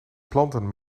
planten